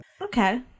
Okay